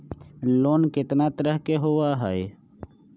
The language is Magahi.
लोन केतना तरह के होअ हई?